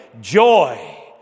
Joy